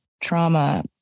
trauma